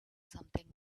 something